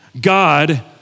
God